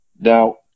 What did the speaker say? Now